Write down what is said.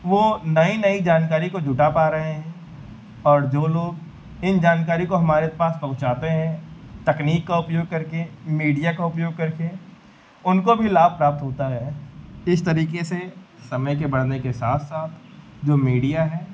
वह नई नई जानकारी को जुटा पा रहे हैं और जो लोग इन जानकारी को हमारे पास पहुँचाते हैं तकनीक का उपयोग करके मीडिया का उपयोग करके उनको भी लाभ प्राप्त होता है इस तरीके से समय के बढ़ने के साथ साथ जो मीडिया है